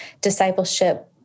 discipleship